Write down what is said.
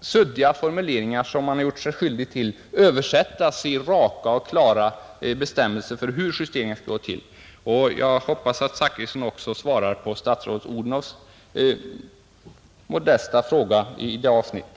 suddiga formuleringar man har gjort sig skyldig till översättas i raka och klara bestämmelser om hur justeringarna skall gå till? Jag hoppas att herr Zachrisson också svarar på statsrådet Odhnoffs modesta fråga i detta avsnitt.